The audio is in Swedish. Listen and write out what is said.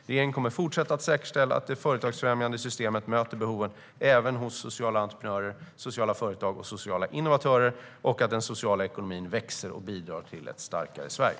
Regeringen kommer att fortsätta att säkerställa att det företagsfrämjande systemet möter behoven även hos sociala entreprenörer, sociala företag och sociala innovatörer och att den sociala ekonomin växer och bidrar till ett starkare Sverige.